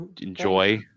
enjoy